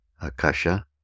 Akasha